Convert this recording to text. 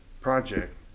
project